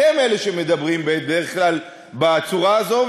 אתם אלה שמדברים בדרך כלל בצורה הזאת,